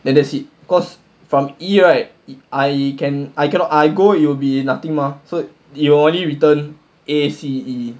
then that's it because from E right I can I cannot I go it'll be nothing mah so it'll only return A C E